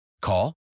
Call